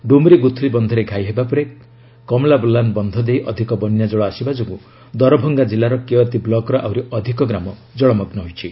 ଡୁମରି ଗୁଥଲି ବନ୍ଧରେ ଘାଇ ହେବା ପରେ କମଲାବଲାନ ବନ୍ଧ ଦେଇ ଅଧିକ ବନ୍ୟା ଜଳ ଆସିବା ଯୋଗୁଁ ଦରଭଙ୍ଗା ଜିଲ୍ଲାର କେୱାତି ବ୍ଲକ୍ର ଆହୁରି ଅଧିକ ଗ୍ରାମ ଜଳମଗ୍ନ ହୋଇଛି